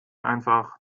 einfach